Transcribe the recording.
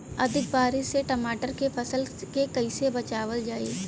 अधिक बारिश से टमाटर के फसल के कइसे बचावल जाई?